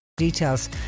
Details